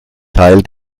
teil